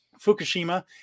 Fukushima